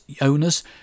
owners